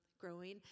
growing